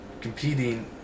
competing